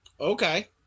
Okay